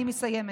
אני מסיימת.